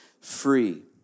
free